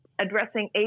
addressing